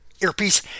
earpiece